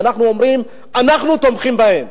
אנחנו אומרים: אנחנו תומכים בהם.